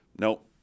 nope